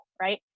Right